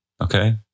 okay